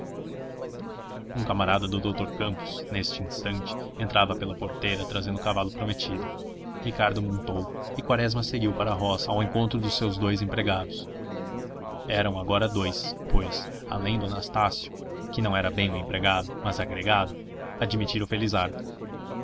um camarada do doutor campos neste instante entrava pela porteira trazendo o cavalo prometido ricardo montou e quaresma seguiu para a roça ao encontro dos seus dous empregados eram agora dous pois além do anastácio que não era bem um empregado mas agregado admitira o felizardo